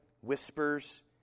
whispers